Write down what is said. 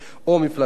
או מפלגות,